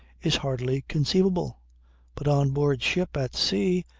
is hardly conceivable but on board ship, at sea,